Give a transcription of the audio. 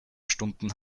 stunden